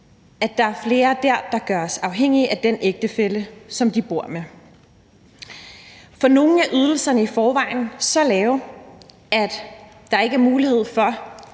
flere, der gøres afhængige af ægtefællen eller den, de bor sammen med. For nogle er ydelserne i forvejen så lave, at der ikke er mulighed for